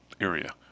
area